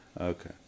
Okay